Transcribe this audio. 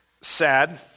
sad